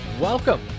Welcome